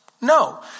No